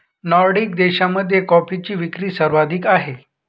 Nordic देशांमध्ये कॉफीची विक्री सर्वाधिक आहे